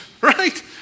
right